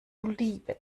liebe